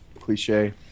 cliche